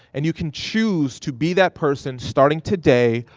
and you can choose to be that person starting today,